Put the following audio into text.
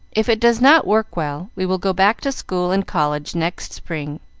if it does not work well, we will go back to school and college next spring.